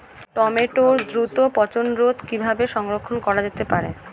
টমেটোর দ্রুত পচনরোধে কিভাবে সংরক্ষণ করা যেতে পারে?